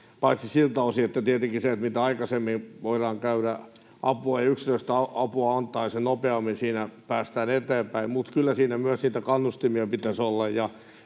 paitsi siltä osin, että tietenkin mitä aikaisemmin voidaan käydä yksilöllistä apua antamaan, niin sen nopeammin siinä päästään eteenpäin, mutta kyllä siinä myös niitä kannustimia pitäisi olla,